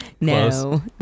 no